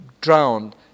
drowned